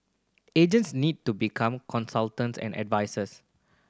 agents need to become consultants and advisers